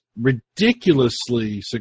ridiculously